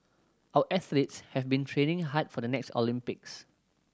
our athletes have been training hard for the next Olympics